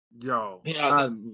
Yo